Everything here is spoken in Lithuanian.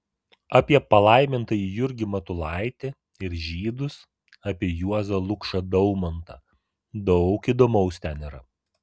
apie palaimintąjį jurgį matulaitį ir žydus apie juozą lukšą daumantą daug įdomaus ten yra